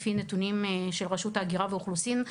לפי נתונים של רשות האוכלוסין וההגירה,